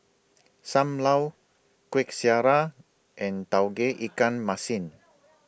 SAM Lau Kuih Syara and Tauge Ikan Masin